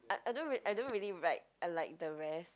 I I don't really I don't really write like the rest